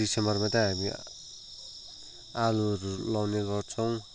दिसम्बरमा चाहिँ हामी आलुहरू लगाउने गर्छौँ